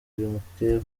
mukeba